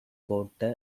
போட்ட